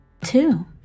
Two